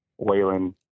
Waylon